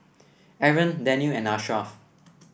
Aaron Daniel and Ashraf